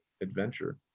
adventure